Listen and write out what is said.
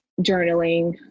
journaling